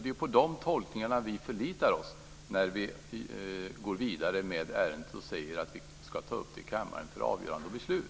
Det är de tolkningarna vi förlitar oss på när vi går vidare med ärendet och säger att vi ska ta upp det i kammaren för avgörande och beslut.